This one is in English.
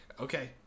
Okay